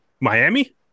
miami